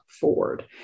forward